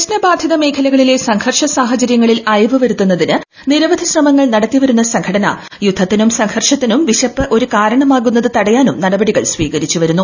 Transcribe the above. പ്രശ്ന ബാധിത മേഖലകളിലെ സംഘർഷ സാഹചര്യ ങ്ങളിൽ അയവ് വരുത്തുന്നതിന് നിരവ്പധി ശ്രമങ്ങൾ നടത്തിവരുന്ന സംഘടന യുദ്ധത്തിലൂർ സംഘർഷത്തിനും വിശപ്പ് ഒരു കാരണമാകുന്നത് തുടിയ്കാനും നടപടികൾ സ്വീകരിച്ചു വരുന്നു